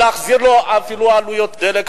אפילו לא בלהחזיר לו עלויות דלק,